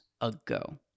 ago